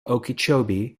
okeechobee